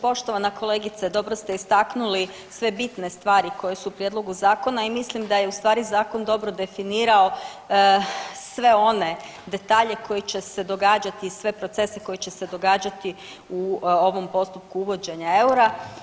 Poštovana kolegice, dobro ste istaknuli sve bitne stvari koje su u prijedlogu zakona i mislim da je u stvari zakon dobro definirao sve one detalje koji će se događati i sve procese koji će se događati u ovom postupku uvođenja eura.